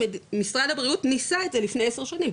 משרד הבריאות ניסה את זה לפני עשר שנים,